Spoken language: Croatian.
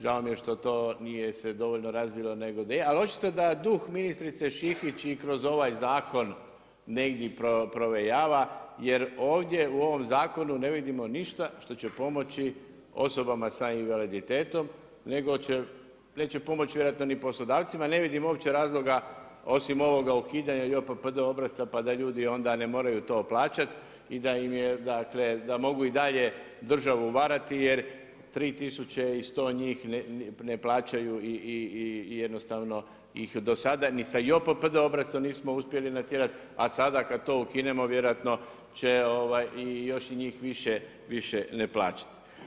Žao mi je što se to nije dovoljno razvilo nego, ali očito da duh ministrice Šikić i kroz ovaj zakon negdje provejava jer ovdje u ovom zakonu ne vidimo ništa što će pomoći osobama sa invaliditetom nego neće pomoći vjerojatno ni poslodavcima, ne vidim uopće razloga osim ovog ukidanja JOPPD obrasca pa da ljudi onda ne moraju to plaćati i da mogu i dalje državu varati jer 3100 ne plaćaju i jednostavno ih do sada ni sa JOPPD obrascem nismo uspjeli natjerati, a sada kada to ukinemo vjerojatno će još njih više ne plaćati.